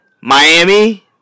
Miami